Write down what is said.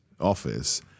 office